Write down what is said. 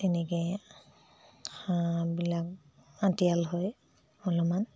তেনেকৈ হাঁহবিলাক আটিয়াল হয় অলপমান